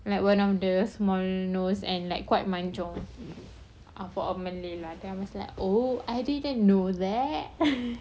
like one of the small nose and like quite mancung for a malay lah then I was like oh I didn't know that